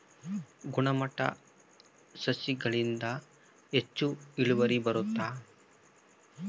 ಗುಣಮಟ್ಟ ಸಸಿಗಳಿಂದ ಹೆಚ್ಚು ಇಳುವರಿ ಬರುತ್ತಾ?